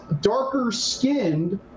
darker-skinned